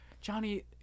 Johnny